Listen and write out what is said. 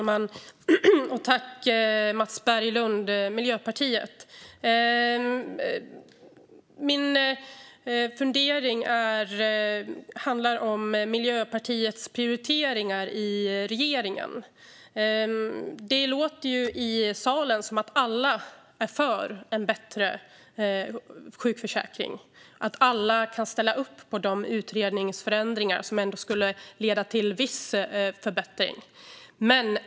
Fru talman! Min fundering handlar om Miljöpartiets prioriteringar i regeringen. Det låter i salen som att alla är för en bättre sjukförsäkring, att alla kan ställa upp på de utredningsförslag om ändringar som ändå skulle leda till viss förbättring.